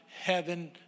heaven